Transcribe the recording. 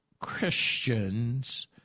Christians